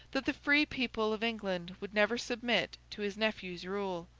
that the free people of england would never submit to his nephew's rule,